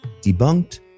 debunked